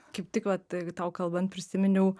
kaip tik vat tau kalbant prisiminiau